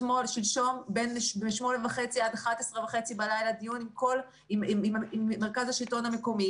שלשום מ-20:30 עד 23:30 דיון עם מרכז השלטון המקומי,